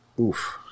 Oof